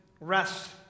rest